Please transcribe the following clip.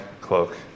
cloak